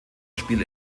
spiel